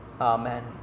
Amen